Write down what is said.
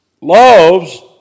loves